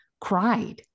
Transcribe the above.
cried